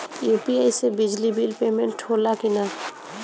UPI से बिजली bill payment होला कि न?